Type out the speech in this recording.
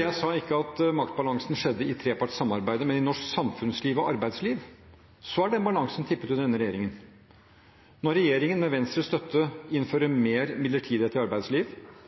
Jeg sa ikke at maktbalansen gjaldt trepartssamarbeidet, men i norsk samfunnsliv og arbeidsliv har den balansen tippet under denne regjeringen. Når regjeringen med Venstres støtte innfører mer midlertidighet i